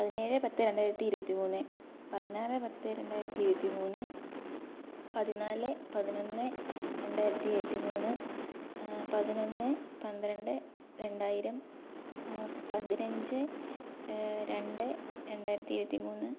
പതിനേഴ് പത്ത് രണ്ടായിരത്തി ഇരുപത്തി മൂന്ന് പതിനാറ് പത്ത് രണ്ടായിരത്തി ഇരുപത്തി മൂന്ന് പതിനാല് പതിനൊന്ന് രണ്ടായിരത്തി ഇരുപത്തി മൂന്ന് പതിനൊന്ന് പന്ത്രണ്ട് രണ്ടായിരം പതിനഞ്ച് രണ്ട് രണ്ടായിരത്തി ഇരുപത്തി മൂന്ന്